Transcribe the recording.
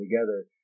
together